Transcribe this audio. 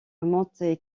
monte